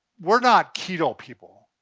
we're not keto people.